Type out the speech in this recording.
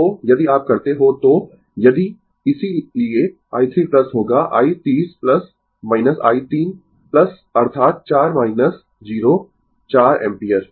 तो यदि आप करते हो तो यदि इसीलिए i 3 होगा i 30 i 3 अर्थात 4 0 4 एम्पीयर